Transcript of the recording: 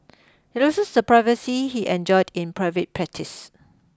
he loses the privacy he enjoyed in private practice